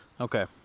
Okay